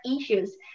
issues